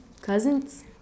cousins